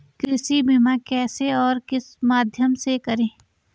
कृषि बीमा कैसे और किस माध्यम से करें?